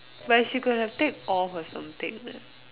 but she could have take off or something what